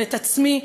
ואת עצמי,